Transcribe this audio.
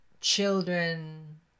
children